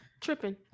tripping